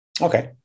okay